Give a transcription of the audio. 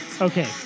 Okay